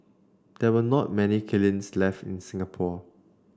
there are not many kilns left in Singapore